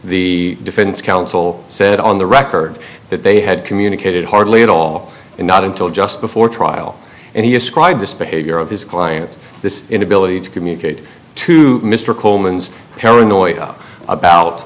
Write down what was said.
the defense counsel said on the record that they had communicated hardly at all not until just before trial and he described this behavior of his client this inability to communicate to mr coleman's paranoia about